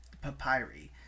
Papyri